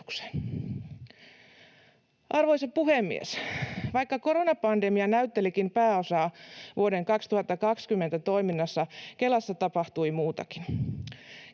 Arvoisa puhemies! Vaikka koronapandemia näyttelikin pääosaa vuoden 2020 toiminnassa, Kelassa tapahtui muutakin.